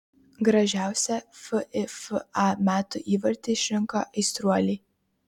gražiausią fifa metų įvartį išrinko aistruoliai